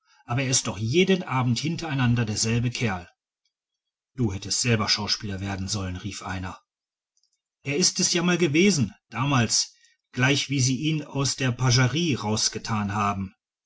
aber er ist doch jeden abend hintereinander derselbe kerl du hättest selber schauspieler werden sollen rief einer er ist es ja mal gewesen damals gleich wie sie ihn aus der pagerie rausgetan haben